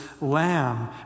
lamb